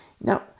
Now